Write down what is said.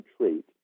trait